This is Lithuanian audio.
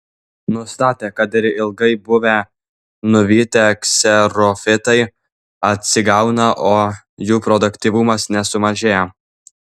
nustatė kad ir ilgai buvę nuvytę kserofitai atsigauna o jų produktyvumas nesumažėja